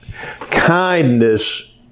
Kindness